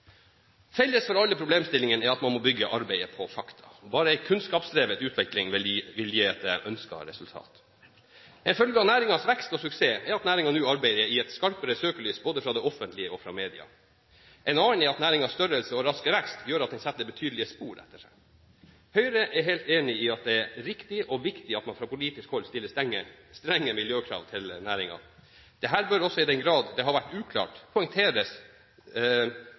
Felles for alle problemstillingene er at man må bygge arbeidet på fakta. Bare en kunnskapsdrevet utvikling vil gi det ønskede resultat. En følge av næringens vekst og suksess er at næringen nå arbeider i et skarpere søkelys, både fra det offentlige og fra media, en annen er at næringens størrelse og raske vekst gjør at den setter betydelige spor etter seg. Høyre er helt enig i at det er riktig og viktig at man fra politisk hold stiller strenge miljøkrav til næringen. Det bør også, i den grad det har vært uklart, poengteres